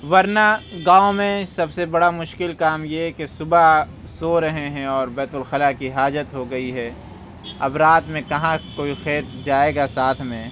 ورنہ گاؤں میں سب سے بڑا مشکل کام یہ ہے کہ صُبح سو رہے ہیں اور بیت الخلاء کی حاجت ہو گئی ہے اب رات میں کہاں کوئی کھیت جائے گا ساتھ میں